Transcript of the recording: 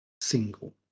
single